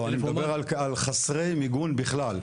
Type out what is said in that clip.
אני מדבר על חסרי מיגון בכלל.